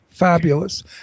Fabulous